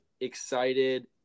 excited